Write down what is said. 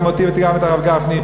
גם אותי וגם את הרב גפני,